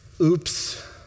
Oops